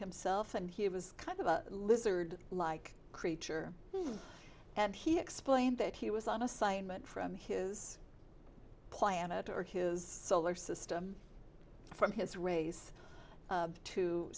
himself and he was kind of a lizard like creature and he explained that he was on assignment from his planet or his solar system from his race